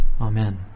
Amen